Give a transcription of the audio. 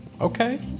Okay